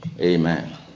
Amen